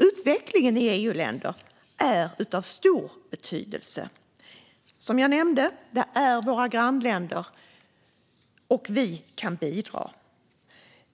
Utvecklingen i EU-länder är av stor betydelse. Som jag nämnde är de våra grannländer, och vi kan bidra.